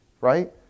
right